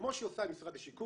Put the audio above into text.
כמו שהיא עושה עם משרד השיכון,